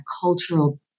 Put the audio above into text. cultural